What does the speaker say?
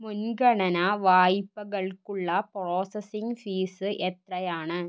മുൻഗണന വായ്പകൾക്കുള്ള processing fees എത്രയാണ്